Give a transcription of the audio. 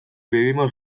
vivimos